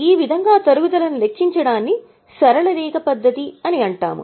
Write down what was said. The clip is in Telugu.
ఈ విధంగా తరుగుదలను లెక్కించడాన్ని సరళ రేఖ పద్ధతి అంటారు